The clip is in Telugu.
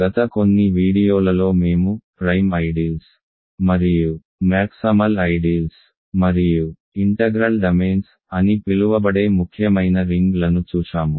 గత కొన్ని వీడియోలలో మేము ప్రధాన ఐడియల్ లు మరియు గరిష్ట ఐడియల్ లు మరియు ఇంటిగ్రల్ డొమైన్లు అని పిలువబడే ముఖ్యమైన రింగ్లను చూశాము